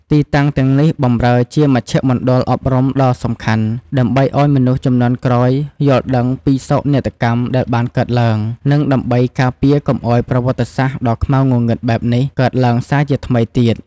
ទីតាំងទាំងនេះបម្រើជាមជ្ឈមណ្ឌលអប់រំដ៏សំខាន់ ដើម្បីឱ្យមនុស្សជំនាន់ក្រោយយល់ដឹងពីសោកនាដកម្មដែលបានកើតឡើង និងដើម្បីការពារកុំឱ្យប្រវត្តិសាស្ត្រដ៏ខ្មៅងងឹតបែបនេះកើតឡើងសារជាថ្មីទៀត។